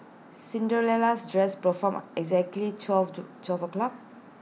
Cinderella's dress pro forma exactly twelve two twelve o'clock